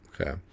Okay